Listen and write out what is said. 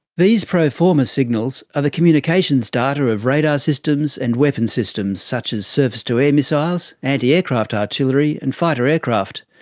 these proforma signals are the communications data of radar systems and weapon systems such as surface-to-air missiles, anti-aircraft artillery, and fighter aircraft.